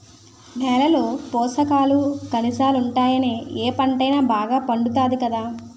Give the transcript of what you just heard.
నేలలో పోసకాలు, కనిజాలుంటేనే ఏ పంటైనా బాగా పండుతాది కదా